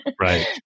right